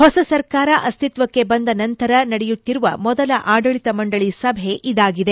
ಹೊಸ ಸರ್ಕಾರ ಅಸ್ತಿತ್ವಕ್ಕೆ ಬಂದ ನಂತರ ನಡೆಯುತ್ತಿರುವ ಮೊದಲ ಆಡಳಿತ ಮಂಡಳಿ ಸಭೆ ಇದಾಗಿದೆ